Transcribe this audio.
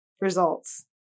results